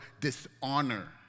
dishonor